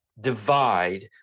divide